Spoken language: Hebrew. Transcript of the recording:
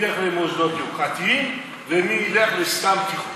ילך למוסדות יוקרתיים ומי ילך לסתם תיכון,